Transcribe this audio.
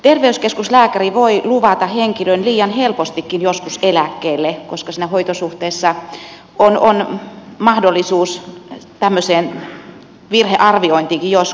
terveyskeskuslääkäri voi luvata henkilön liian helpostikin joskus eläkkeelle koska siinä hoitosuhteessa on mahdollisuus tämmöiseen virhearviointiinkin joskus